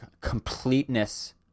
completeness